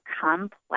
complex